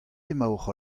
emaocʼh